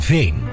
Veen